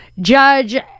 Judge